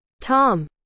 Tom